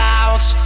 out